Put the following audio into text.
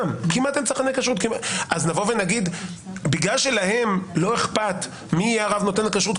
אז נבוא ונגיד שבגלל שלהם לא אכפת מי יהיה הרב שנותן הכשרות,